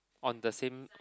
on the same